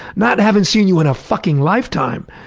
not haven't seen you in a fucking lifetime,